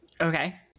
Okay